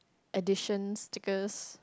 edition stickers